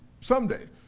someday